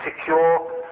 secure